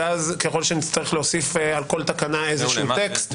ואז ככל שנצטרך להוסיף על כל תקנה איזשהו טקסט,